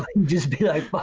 just be like but